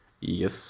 Yes